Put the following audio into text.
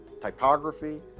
typography